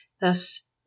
Thus